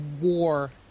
war